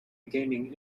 gaming